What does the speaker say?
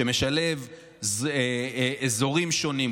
שמשלב אזורים שונים,